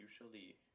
usually